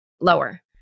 lower